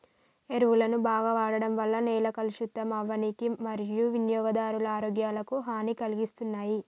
ఎరువులను బాగ వాడడం వల్ల నేల కలుషితం అవ్వనీకి మరియూ వినియోగదారుల ఆరోగ్యాలకు హనీ కలిగిస్తున్నాయి